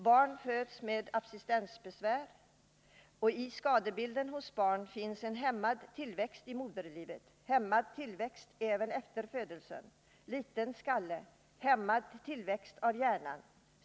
Barn id föds med abstinensbesvär, och i skadebilden hos barn finns hämmad tillväxt i moderlivet och hämmad tillväxt även efter födelsen, liten skalle, hämmad tillväxt av hjärnan.